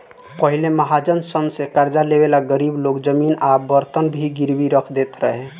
पहिले महाजन सन से कर्जा लेवे ला गरीब लोग जमीन आ बर्तन भी गिरवी रख देत रहे